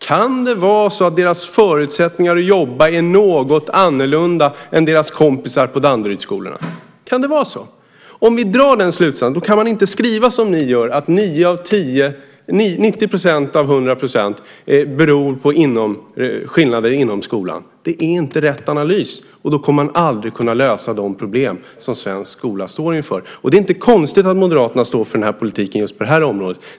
Kan det vara så att deras förutsättningar att jobba är något annorlunda än förutsättningarna för deras kompisar på Danderydsskolorna? Kan det vara så? Om vi drar den slutsatsen kan man inte skriva som ni gör, att 90 % av 100 % beror på skillnader inom skolan. Det är inte rätt analys, och då kommer man aldrig att kunna lösa de problem som svensk skola står inför. Det är inte konstigt att Moderaterna står för den här politiken just på det här området.